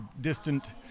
distant